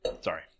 sorry